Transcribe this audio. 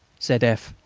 said f,